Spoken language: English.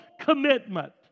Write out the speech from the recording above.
commitment